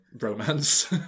romance